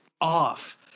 off